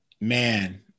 man